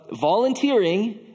volunteering